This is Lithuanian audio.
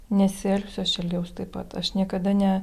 nesielgsiu aš elgiausi taip pat aš niekada ne